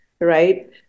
right